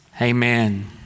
Amen